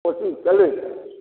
कोशी चलै छथि